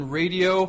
radio